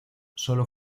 solo